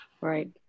Right